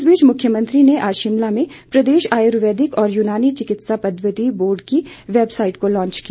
इस बीच मुख्यमंत्री ने आज शिमला में प्रदेश आयुर्वेदिक और यूनानी चिकित्सा पद्धति बोर्ड की वैबसाईट को लांच किया